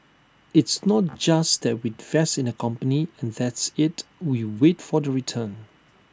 it's not just that we invest in the company and that's IT we wait for the return